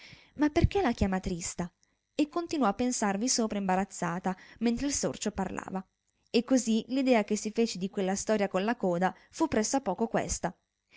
ma perchè la chiama trista e continuò a pensarvi sopra imbarazzata mentre il sorcio parlava e così l'idea che si fece di quella storia con la coda fu presso a poco questa